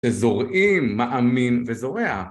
זורעים מאמין וזורע.